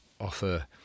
offer